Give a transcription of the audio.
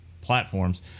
platforms